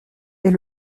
est